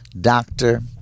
doctor